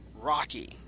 Rocky